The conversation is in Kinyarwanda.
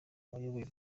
wayoboye